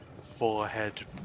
forehead